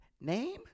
name